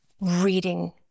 reading